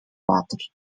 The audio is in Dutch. water